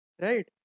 right